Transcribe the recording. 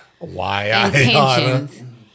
Intentions